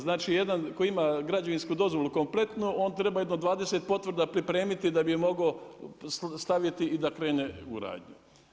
Znači jedan koji ima građevinsku dozvolu kompletnu on treba jedno 20 potvrda pripremiti da bi je mogao staviti i da krene u radnju.